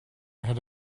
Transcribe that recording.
had